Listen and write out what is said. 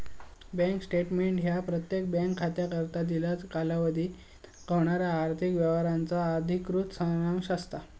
bank statement ह्या प्रत्येक bank खात्याकरता दिलेल्या कालावधीत होणारा आर्थिक व्यवहारांचा अधिकृत सारांश असता